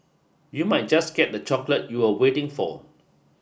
you might just get that chocolate you are waiting for